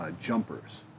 jumpers